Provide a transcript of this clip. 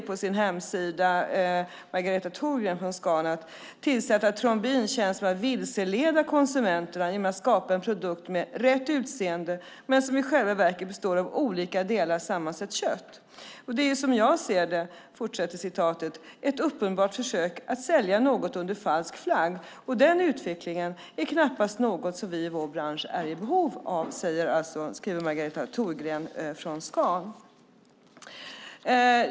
På Scans hemsida har Margareta Thorgren skrivit: "Att tillsätta trombin känns som att vilseleda konsumenterna genom att skapa en produkt med rätt utseende, men som i själva verket består av olika delar sammansatt kött. Det är ju som jag ser det, ett uppenbart försök att sälja något under falsk flagg och den utvecklingen är knappast något som vi i vår bransch är i behov av." Detta skriver Margareta Thorgren från Scan.